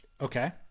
Okay